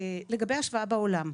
לגבי השוואה לעולם: